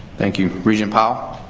thank you. regent powell.